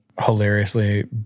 hilariously